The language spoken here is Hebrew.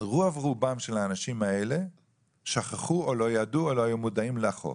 שרוב רובם של האנשים האלה שכחו או לא ידעו או לא היו מודעים לחוב,